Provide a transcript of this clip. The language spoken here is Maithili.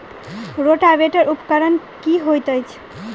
रोटावेटर उपकरण की हएत अछि?